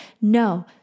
No